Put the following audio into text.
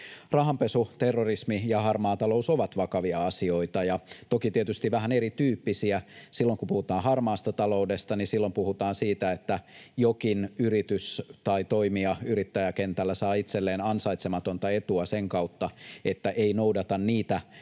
Rahanpesu, terrorismi ja harmaa talous ovat vakavia asioita, toki tietysti vähän erityyppisiä. Silloin kun puhutaan harmaasta taloudesta, niin silloin puhutaan siitä, että jokin yritys tai toimija yrittäjäkentällä saa itselleen ansaitsematonta etua sen kautta, että ei noudata niitä